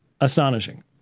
astonishing